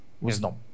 wisdom